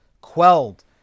quelled